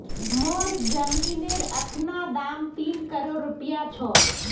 मोर जमीनेर अखना दाम तीन करोड़ रूपया छ